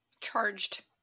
charged